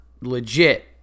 legit